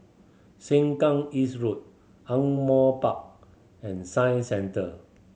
Sengkang East Road Ardmore Park and Science Centre